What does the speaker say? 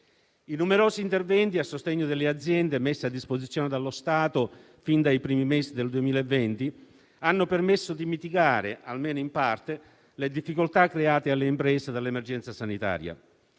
I numerosi interventi a sostegno delle aziende messi a disposizione dallo Stato fin dai primi mesi del 2020 hanno permesso di mitigare, almeno in parte, le difficoltà create alle imprese dall'emergenza sanitaria.